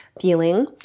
feeling